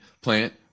plant